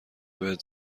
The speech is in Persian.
بهت